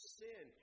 sin